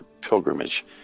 pilgrimage